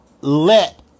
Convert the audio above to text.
let